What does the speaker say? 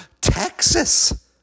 Texas